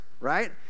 right